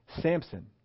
Samson